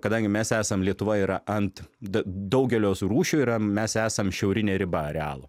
kadangi mes esam lietuva yra ant daugelio rūšių yra mes esam šiaurinė riba arealo